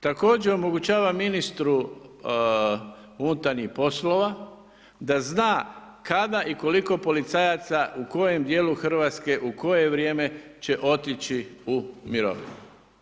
Također omogućava ministru unutarnjih poslova da zna kada i koliko policajaca u kojim dijelu Hrvatske, u koje vrijeme će otići u mirovinu.